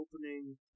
opening